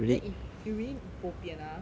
then if you really bo pian ah